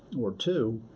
or two,